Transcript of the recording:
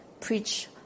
preach